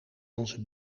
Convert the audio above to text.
onze